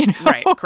Right